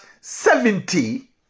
seventy